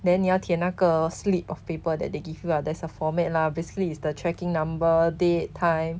then 你要填那个 slip of paper that they give you lah there's a format lah basically is the tracking number date time